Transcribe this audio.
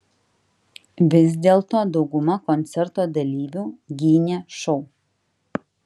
vis dėlto dauguma koncerto dalyvių gynė šou